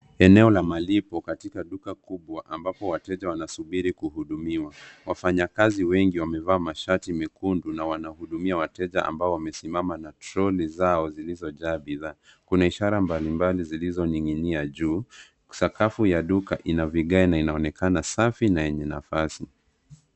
Eneo la malipo katika duka kubwa ambapo wateja wanasubiri kuhudumiwa. Wafanyakazi wengi wamevaa mashati mekundu na wanahudumia wateja ambao wamesimama na trolley zao zilizojaa bidhaa. Kuna ishara mbalimbai zilizoning'inia juu. Sakafu ya duka ina vigae na inaonekana safi na yenye nafasi.